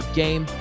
game